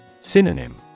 Synonym